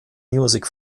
music